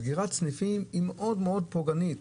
סגירת סניפים היא מאוד מאוד פוגענית